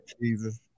Jesus